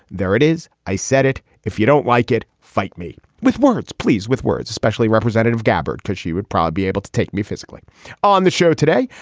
there it is. i said it if you don't like it. fight me with words, please. with words, especially representative gabbert, because she would probably be able to take me physically on the show today.